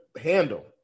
handle